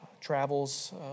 travels